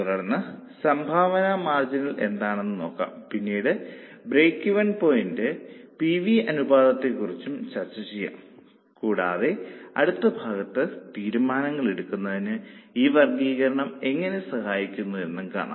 തുടർന്ന് സംഭാവന മാർജിൻ എന്താണെന്ന് നോക്കാം പിന്നീട് ബ്രേക്ക്ഈവൻ പോയിന്റ് പിവി അനുപാതത്തെക്കുറിച്ചും ചർച്ച ചെയ്യാം കൂടാതെ അടുത്ത പാഠഭാഗത്ത് തീരുമാനങ്ങൾ എടുക്കുന്നതിന് ഈ വർഗീകരണം എങ്ങനെ സഹായകമാകുമെന്നും കാണാം